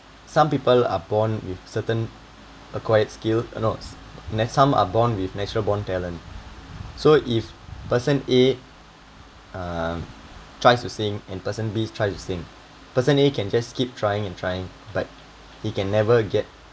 some people are born with certain acquired skill notes then some are born with natural born talent so if person a uh tries to sing and person b tries to sing person a can just keep trying and trying but he can never get